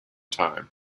time